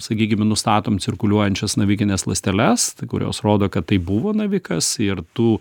sakykime nustatom cirkuliuojančias navikines ląsteles kurios rodo kad tai buvo navikas ir tų